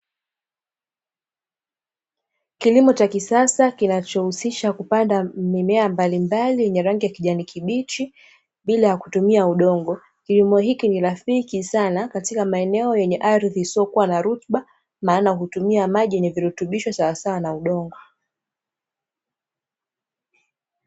Kilimo cha kisasa kinachohusisha kupanda mimea mbalimbali yenye rangi ya kijani kibichi, bila ya kutumia udongo. Kilimo hiki ni rafiki sana katika maeneo yenye ardhi isiyokuwa na rutuba, maana hutumia maji yenye virutubisho swasawa na udongo.